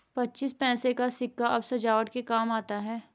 पच्चीस पैसे का सिक्का अब सजावट के काम आता है